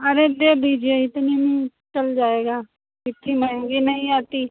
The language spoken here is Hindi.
अरे दे दीजिए इतने में चल जाएगा इतनी महंगी नहीं आती